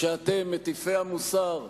כשאתם, מטיפי המוסר,